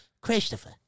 Christopher